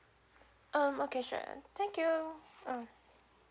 um okay sure thank you um